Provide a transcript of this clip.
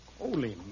Holy